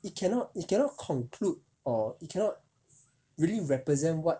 it cannot it cannot conclude or it cannot really represent what